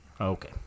Okay